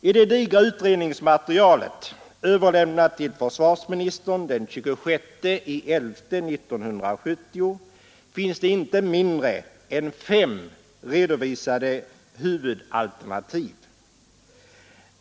I det digra utredningsmaterialet, överlämnat till försvarsministern den 26 november 1970, finns det inte mindre än fem redovisade huvudalternativ.